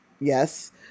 yes